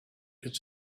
could